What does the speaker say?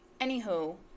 Anywho